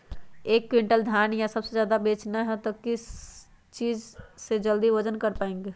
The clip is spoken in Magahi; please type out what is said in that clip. एक क्विंटल धान या उससे ज्यादा बेचना हो तो किस चीज से जल्दी वजन कर पायेंगे?